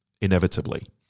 Inevitably